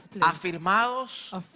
afirmados